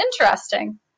interesting